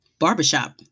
barbershop